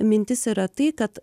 mintis yra tai kad